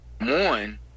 one